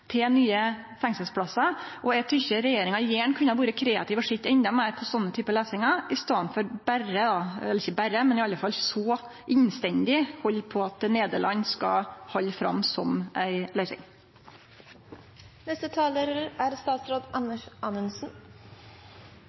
til nye fengselsplassar. Eg tykkjer regjeringa gjerne kunne ha vore kreativ og sett endå meir på sånne løysingar i staden for så innstendig å halde på at Nederland skal halde fram som ei løysing. Jeg ber om ordet helt til slutt bare fordi jeg ikke vil at det skal bli stående igjen som